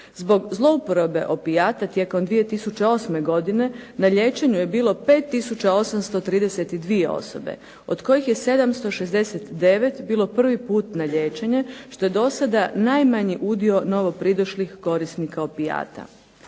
Zbog zlouporabe opijata tijekom 2008. godine na liječenju je bilo 5 tisuća 832 osobe od kojih je 769 bilo prvi put na liječenju što je do sada najmanji udio novopridošlih korisnika opijata.